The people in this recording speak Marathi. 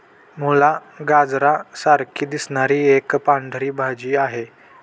मुळा, गाजरा सारखी दिसणारी एक पांढरी भाजी आहे